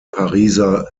pariser